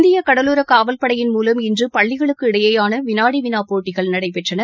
இந்திய கடலோரக் காவல்படையின் மூலம் இன்று பள்ளிகளுக்கு இடையேயான வினாடி வினா போட்டிகள் நடைபெற்றன